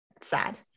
sad